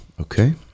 okay